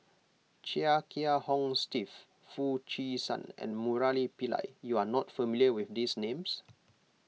Chia Kiah Hong Steve Foo Chee San and Murali Pillai you are not familiar with these names